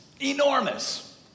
Enormous